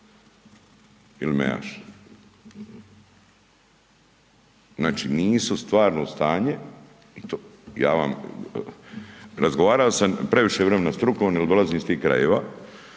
ili mejaš? Znači nisu stvarno stanje, ja vam razgovarao sam previše vremena, strukovno, jer dolazim iz tih krajeva,